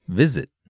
visit